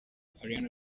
ariana